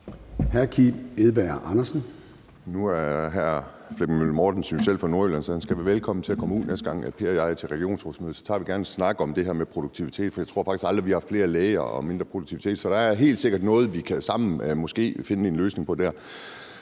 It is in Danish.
Nu er hr. Flemming Møller Mortensen jo selv fra Nordjylland, så han skal være velkommen til at komme ud, næste gang Per Larsen og jeg er til regionsrådsmøde. Så tager vi gerne en snak om det her med produktivitet, for jeg tror faktisk, vi aldrig har haft flere læger og mindre produktivitet. Så der er helt sikkert noget, vi måske sammen kan finde en løsning på der.